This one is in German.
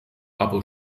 aber